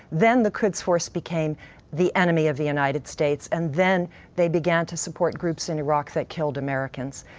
then the quds force became the enemy of the united states and then they began to support groups in iraq that killed americans.